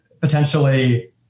potentially